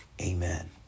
Amen